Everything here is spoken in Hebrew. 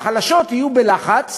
כמו למשל זיהוי קול של בן-אדם